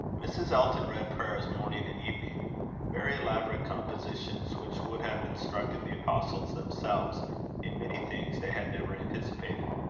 mrs. elton read prayers morning and evening very elaborate compositions, which would have instructed the apostles themselves in many things they had never anticipated.